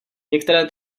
některé